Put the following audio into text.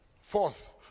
Fourth